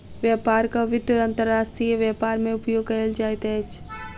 व्यापारक वित्त अंतर्राष्ट्रीय व्यापार मे उपयोग कयल जाइत अछि